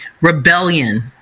rebellion